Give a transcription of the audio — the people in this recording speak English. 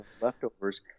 leftovers